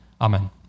Amen